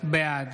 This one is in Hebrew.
בעד